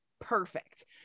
perfect